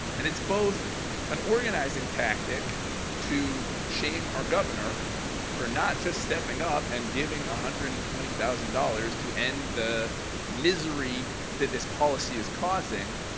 and it's both an organizing tactic to shame our governor for not just stepping up and giving one ah hundred and twenty thousand dollars to end the misery that this policy is causing,